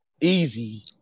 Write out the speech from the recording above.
Easy